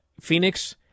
Phoenix